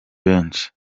benshi